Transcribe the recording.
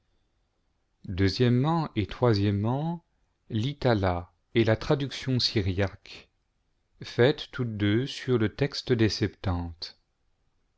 et l'itala et la traduction syriaque faites toutes deux sur le texte des septante